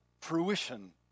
fruition